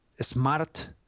smart